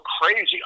crazy